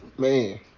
Man